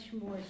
more